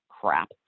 crap